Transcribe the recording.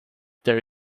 there